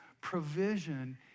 provision